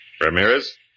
Ramirez